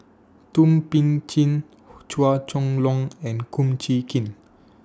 Thum Ping Tjin Chua Chong Long and Kum Chee Kin